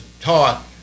taught